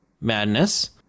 madness